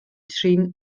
trin